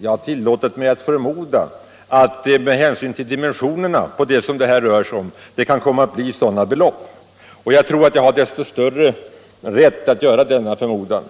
Jag har tillåtit mig att förmoda att det, med hänsyn till de dimensioner som det här är fråga om, kan komma att röra sig om sådana belopp. Jag tror att jag har desto större rätt att göra denna förmodan